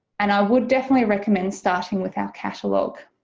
and i would definitely recommend starting with our catalogue.